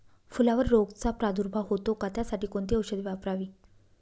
फुलावर रोगचा प्रादुर्भाव होतो का? त्यासाठी कोणती औषधे वापरावी?